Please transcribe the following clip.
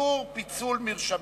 (איסור פיצול מרשמים),